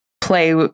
play